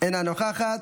אינה נוכחת,